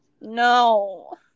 no